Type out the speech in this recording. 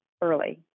early